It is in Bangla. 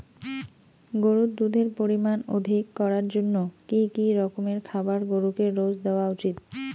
গরুর দুধের পরিমান অধিক করার জন্য কি কি রকমের খাবার গরুকে রোজ দেওয়া উচিৎ?